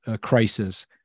crisis